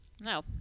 no